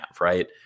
right